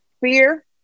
fear